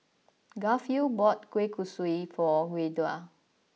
Garfield bought Kueh Kosui for Yehuda